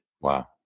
Wow